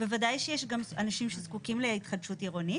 בוודאי שיש גם אנשים שזקוקים להתחדשות עירונית